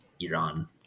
Iran